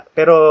Pero